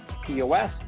POS